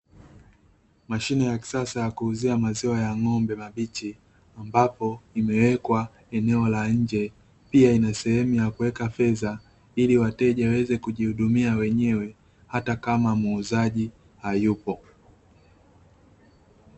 Mashine ya kisasa ya kuuzia maziwa ya ng'ombe mabichi, ambapo imewekwa eneo la nje. Pia, ina sehemu ya kuweka fedha ili wateja waweze kujihudumia wenyewe hata kama muuzaji hayupo.